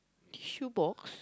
shoe box